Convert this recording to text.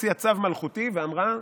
הוציאה צו מלכותי ואמרה,